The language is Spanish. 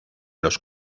los